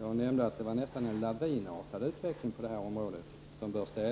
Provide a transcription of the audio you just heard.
Jag nämnde att utvecklingen på detta område nästan är lavinartad och att den bör stävjas så fort som möjligt.